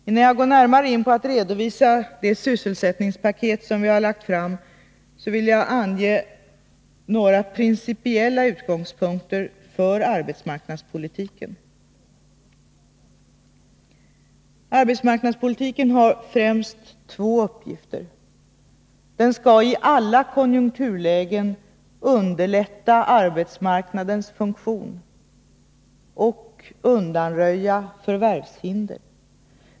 Innan jag närmare redovisar det sysselsättningspaket som vi har lagt fram vill jag ange några principiella utgångspunkter för arbetsmarknadspolitiken. Arbetsmarknadspolitiken har främst två uppgifter. Den skall i alla konjunkturlägen underlätta arbetsmarknadens funktion och undanröja förvärvshinder.